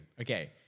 Okay